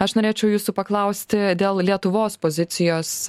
aš norėčiau jūsų paklausti dėl lietuvos pozicijos